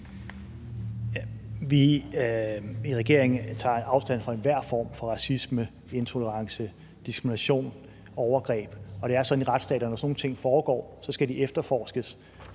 Vi i regeringen tager afstand fra enhver form for racisme, intolerance, diskrimination og overgreb. Det er sådan i retsstater, at når sådan nogle ting foregår, skal de efterforskes,